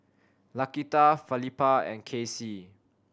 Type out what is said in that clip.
Laquita Felipa and Kaycee